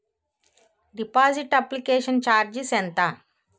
Deposit application charges ఎంత?